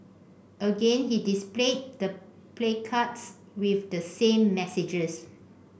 again he displayed the placards with the same messages